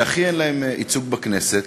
שהכי אין להם ייצוג בכנסת,